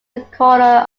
recorder